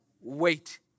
wait